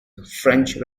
french